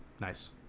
Nice